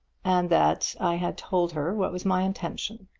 and that i had told her what was my intention.